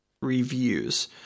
reviews